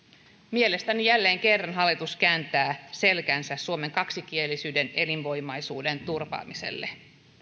mielestäni jälleen kerran hallitus kääntää selkänsä suomen kaksikielisyyden elinvoimaisuuden turvaamiselle